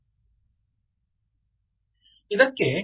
ವಿದ್ಯಾರ್ಥಿ ಹೌದು